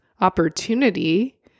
opportunity